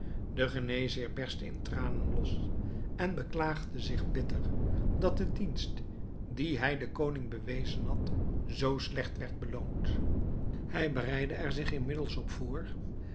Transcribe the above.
de geneesheer berstte in tranen los en beklaagde zich bitter dat de dienst die hij den koning bewezen had zoo slecht werd beloond hij bereidde er zich inmiddels op voor